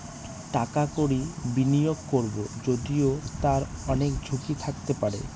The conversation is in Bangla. টাকা কড়ি বিনিয়োগ করবো যদিও তার অনেক ঝুঁকি থাকতে পারে